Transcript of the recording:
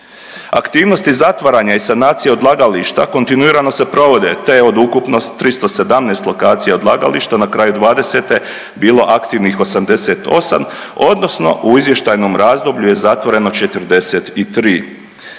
Aktivnosti zatvaranja i sanacije odlagališta kontinuirano se provode, te je od ukupno 317 lokacija odlagališta na kraju dvadesete bilo aktivnih 88, odnosno u izvještajnom razdoblju je zatvoreno 43.